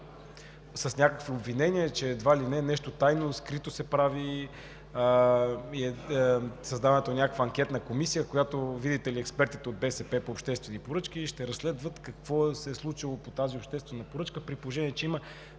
с някакво обвинение, че едва ли не нещо тайно, скрито се прави. Създаването на някаква анкетна комисия, в която, видите ли, експертите от БСП по обществени поръчки ще разследват какво се е случило по тази обществена поръчка, при положение че има